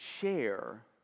share